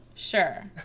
Sure